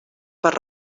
per